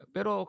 Pero